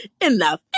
enough